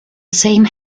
same